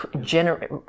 generate